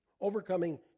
Overcoming